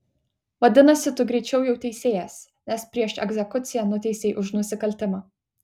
vadinasi tu greičiau jau teisėjas nes prieš egzekuciją nuteisei už nusikaltimą